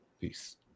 Peace